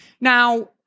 Now